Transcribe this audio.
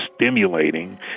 stimulating